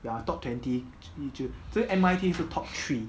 ya top twenty 依旧 so M_I_T 是 top three